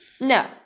No